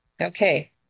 Okay